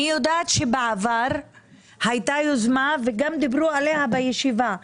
אני יודעת שבעבר הייתה יוזמה וגם דיברו עליה בישיבה,